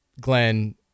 Glenn